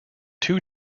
two